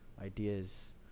ideas